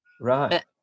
Right